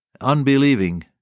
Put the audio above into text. unbelieving